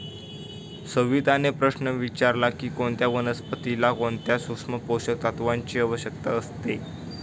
सविताने प्रश्न विचारला की कोणत्या वनस्पतीला कोणत्या सूक्ष्म पोषक तत्वांची आवश्यकता असते?